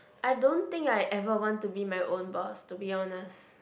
I don't think I ever want to be my own boss to be honest